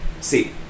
See